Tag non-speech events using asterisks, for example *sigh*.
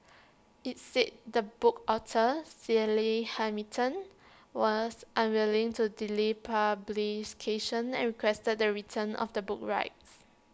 IT said the book's author *unintelligible* Hamilton was unwilling to delay *unintelligible* and requested the return of the book's rights